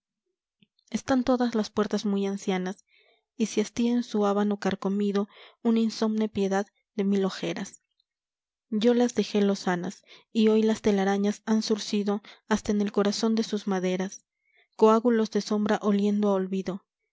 están todas las puertas muy ancianas y se hastía en su habano carcomido una insomne piedad de mil ojeras yo las dejé lozanas y hoy ya las telarañas han suicido hasta en el corazón de sus maderas coágulos de sombra oliendo a olvido